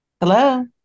Hello